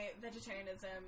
vegetarianism